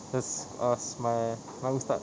just asked my my ustad